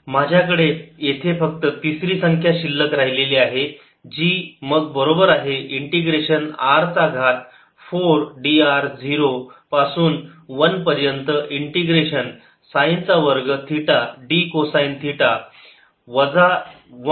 VdV2xxzy2r2drdcosθdϕ2r sinθcosϕr2drdcosθdϕrsinθcosϕrcosθr2drdcosθdϕr2 r2drdcosθdϕr2 r2drdcosθdϕ since 02πcos ϕdϕ0 माझ्याकडे येथे फक्त तिसरी संख्या शिल्लक राहिलेली आहे जी मग बरोबर आहे इंटिग्रेशन r चा घात 4 d r 0 पासून 1 पर्यंत इंटिग्रेशन साइनचा वर्ग थीटा d कोसाइन थिटा वजा